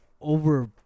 over-